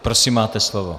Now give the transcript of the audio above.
Prosím, máte slovo.